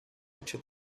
into